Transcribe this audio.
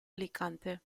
alicante